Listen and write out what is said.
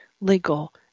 legal